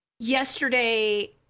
Yesterday